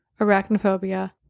arachnophobia